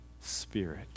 Spirit